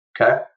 Okay